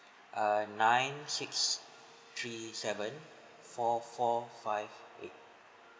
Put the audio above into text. err nine six three seven four four five eight